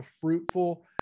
fruitful